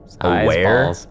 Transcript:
aware